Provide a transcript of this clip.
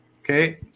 Okay